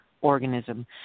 organism